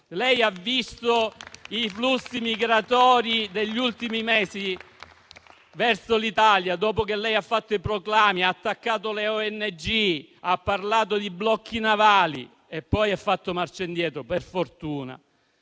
Ha visto i flussi migratori degli ultimi mesi verso l'Italia, dopo che lei ha fatto proclami, ha attaccato le ONG, ha parlato di blocchi navali e poi fortunatamente ha fatto marcia indietro. I blocchi